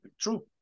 True